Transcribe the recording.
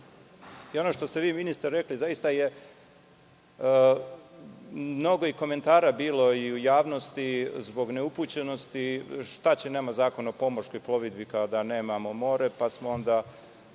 i onoga što ste vi ministre rekli, zaista je mnogo komentara bilo u javnosti zbog neupućenosti - šta će nama Zakon o pomorskoj plovidbi kada nemamo more? Onda